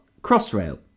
Crossrail